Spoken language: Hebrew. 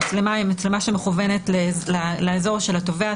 המצלמה היא מצלמה שמכוונת לאזור של התובע,